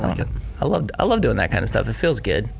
i loved i loved doing that kind of stuff, it feels good.